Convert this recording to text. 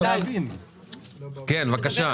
כן, בבקשה.